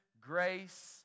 grace